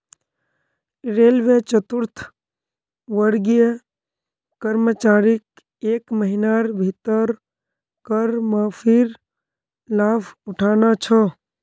railway चतुर्थवर्गीय कर्मचारीक एक महिनार भीतर कर माफीर लाभ उठाना छ